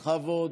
בכבוד.